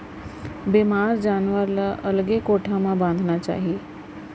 बेमार जानवर ल अलगे कोठा म बांधना चाही